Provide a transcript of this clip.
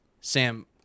Sam